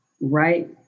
right